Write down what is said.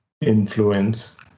influence